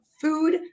food